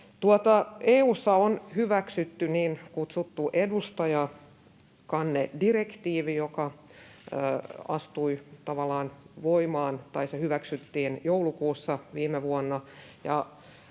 EU:ssa on hyväksytty niin kutsuttu edustajakannedirektiivi, joka hyväksyttiin joulukuussa viime vuonna,